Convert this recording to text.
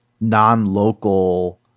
non-local